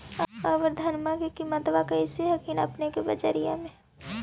अबर धानमा के किमत्बा कैसन हखिन अपने के बजरबा में?